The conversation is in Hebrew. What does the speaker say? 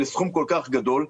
לסכום כל כך גדול,